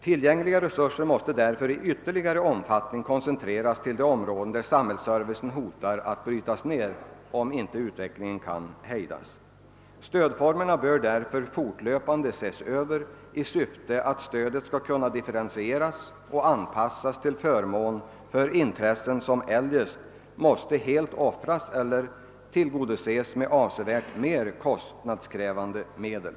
Tillgängliga resurser måste därför i ytterligare omfattning koncentreras till de områden där samhällsservicen hotar att brytas ned. Stödformerna bör av denna anledning fortlöpande ses över i syfte att stödet skall kunna differentieras och anpassas till förmån för intressen som eljest måste helt offras eller tillgodoses med avsevärt mer kostnadskrävande medel.